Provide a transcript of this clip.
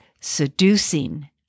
Seducing